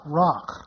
rock